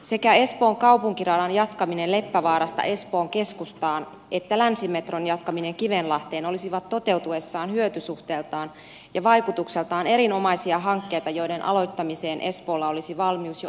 sekä espoon kaupunkiradan jatkaminen leppävaarasta espoon keskustaan että länsimetron jatkaminen kivenlahteen olisivat toteutuessaan hyötysuhteeltaan ja vaikutukseltaan erinomaisia hankkeita joiden aloittamiseen espoolla olisi valmius jo ensi vuonna